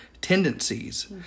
tendencies